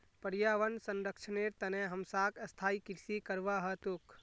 पर्यावन संरक्षनेर तने हमसाक स्थायी कृषि करवा ह तोक